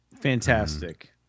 fantastic